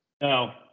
No